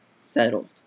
settled